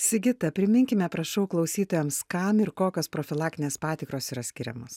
sigita priminkime prašau klausytojams kam ir kokios profilaktinės patikros yra skiriamos